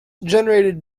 generated